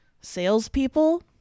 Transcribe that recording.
Salespeople